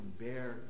bear